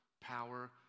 power